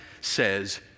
says